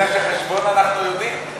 אתה יודע שחשבון אנחנו יודעים.